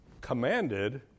commanded